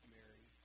Mary